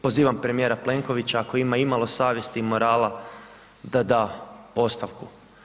Pozivam premijera Plenkovića ako ima imao savjesti i morala da da ostavku.